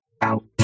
out